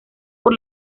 por